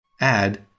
Add